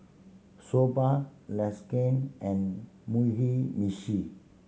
Soba Lasagne and Mugi Meshi